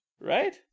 right